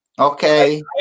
Okay